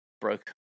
broke